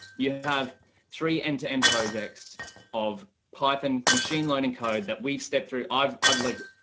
you have three end to end projects of python machine learning code that we've stepped through. i've i've like,